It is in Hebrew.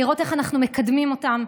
לראות איך אנחנו מקדמים אותם,